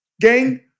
gang